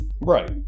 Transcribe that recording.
Right